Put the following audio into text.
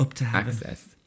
access